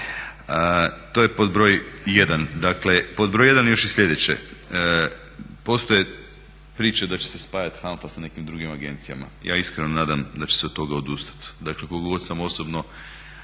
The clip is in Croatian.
To je pod broj 1. Dakle pod broj 1. još i sljedeće. Postoje priče da će se spajati HANFA sa nekim drugim agencijama, ja iskreno se nadam da će se od toga odustati. Dakle koliko god sam osobno